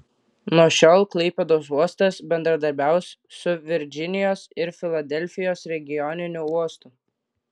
nuo šiol klaipėdos uostas bendradarbiaus su virdžinijos ir filadelfijos regioniniu uostu